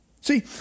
See